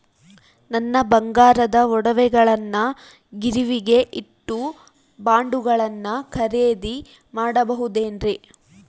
ನನ್ನ ಬಂಗಾರದ ಒಡವೆಗಳನ್ನ ಗಿರಿವಿಗೆ ಇಟ್ಟು ಬಾಂಡುಗಳನ್ನ ಖರೇದಿ ಮಾಡಬಹುದೇನ್ರಿ?